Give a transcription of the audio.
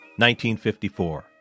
1954